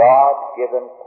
God-given